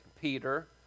Peter